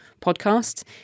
podcast